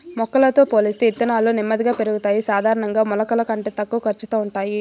మొలకలతో పోలిస్తే ఇత్తనాలు నెమ్మదిగా పెరుగుతాయి, సాధారణంగా మొలకల కంటే తక్కువ ఖర్చుతో ఉంటాయి